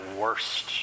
worst